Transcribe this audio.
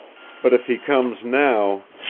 but if he comes now